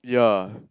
ya